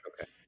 Okay